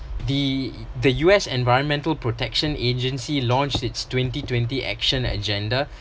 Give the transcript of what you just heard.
the the U_S environmental protection agency launched its twenty twenty action agenda